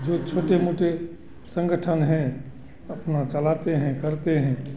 जो छोटे मोटे संगठन हैं अपना चलाते हैं करते हैं